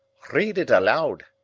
read it aloud,